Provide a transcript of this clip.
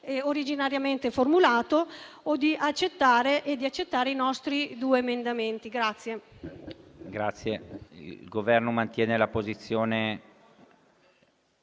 originariamente formulato e di accettare i nostri due emendamenti.